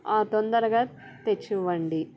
తొందరగా తెచ్చి ఇవ్వండి